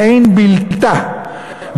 ואין בלתה,